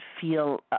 feel